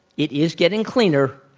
it is getting cleaner,